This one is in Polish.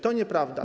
To nieprawda.